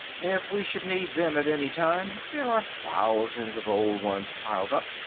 if we should need them at any time there are thousands of old ones piled up.